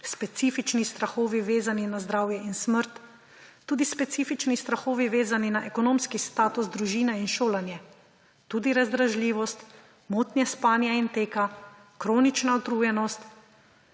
specifični strahovi, vezani na zdravje in smrt, tudi specifični strahovi, vezani na ekonomski status družine in šolanje, tudi razdražljivost, motnje spanja in teka, kronična utrujenost,